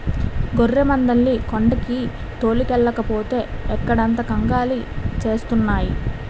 గొర్రెమందల్ని కొండకి తోలుకెల్లకపోతే ఇక్కడంత కంగాలి సేస్తున్నాయి